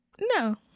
no